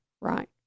right